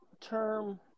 term